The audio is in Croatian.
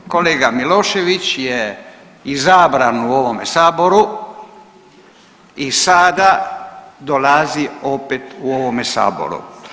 Kolega Milošević je izabran u ovome saboru i sada dolazi opet u ovome saboru.